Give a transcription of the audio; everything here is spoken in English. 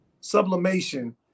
sublimation